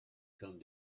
come